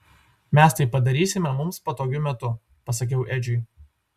mes tai padarysime mums patogiu metu pasakiau edžiui